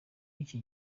y’iki